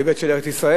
היבט של ארץ-ישראל,